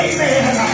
Amen